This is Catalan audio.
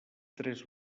tres